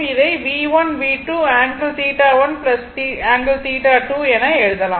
இதை என எழுதலாம்